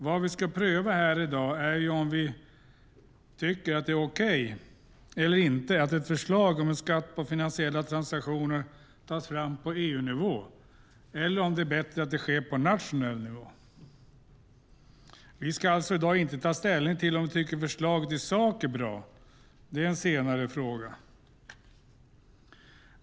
Vad vi ska pröva här i dag är ju om vi tycker att det är okej eller inte att ett förslag om en skatt på finansiella transaktioner tas fram på EU-nivå eller om det är bättre att det sker på nationell nivå. Vi ska alltså i dag inte ta ställning till om vi tycker förslaget i sak är bra. Det är en senare fråga.